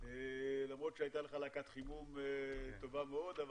למרות שהייתה לך להקת חימום טובה מאוד,